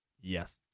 Yes